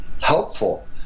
helpful